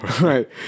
right